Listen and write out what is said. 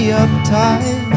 uptight